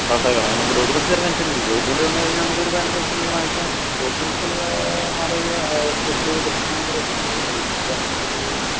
അതായത് നമുക്ക് ഡോക്യുമെൻ്റസ് തരുന്ന അനുസരിച്ച് ഡോക്യുമെൻ്റസ് തന്നുകഴിഞ്ഞാൽ നമുക്ക് ഒരു പതിനഞ്ച് ദിവസത്തിനുള്ളിൽ മാക്സിമം ഡോക്യുമെൻ്റസ് നമ്മൾ റിക്വസ്റ്റ് ചെയ്ത് കിട്ടണമെങ്കിൽ കുറേ സമയമെടുക്കും ഒരു പതിനഞ്ച് ഒരു